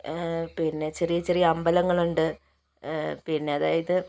പിന്നെ ചെറിയ ചെറിയ അമ്പലങ്ങളുണ്ട് പിന്നെ അതായത്